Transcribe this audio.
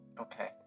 Okay